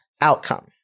outcome